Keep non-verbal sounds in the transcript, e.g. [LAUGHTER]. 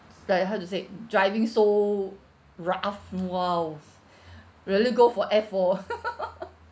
like uh how to say driving so rough !wow! really go for F orh [LAUGHS]